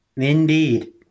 Indeed